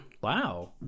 wow